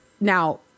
Now